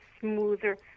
smoother